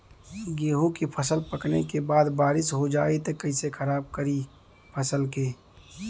गेहूँ के फसल पकने के बाद बारिश हो जाई त कइसे खराब करी फसल के?